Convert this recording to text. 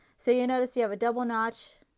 so you notice you have a double notch,